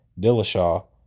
Dillashaw